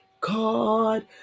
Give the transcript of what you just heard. God